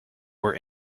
were